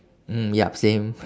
mm yup same